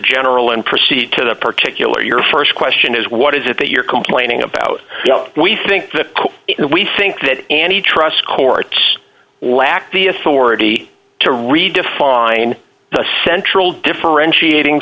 general and proceed to the particular your st question is what is it that you're complaining about we think that we think that any trust courts lack the authority to redefine the central differentiating